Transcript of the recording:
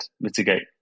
mitigate